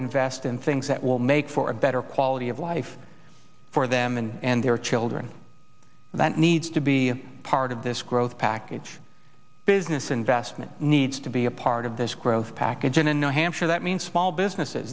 invest in things that will make for a better quality of life for them and their children that needs to be part of this growth package business investment needs to be a part of this growth package in in new hampshire that means small businesses